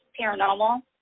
paranormal